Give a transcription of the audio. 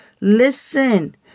Listen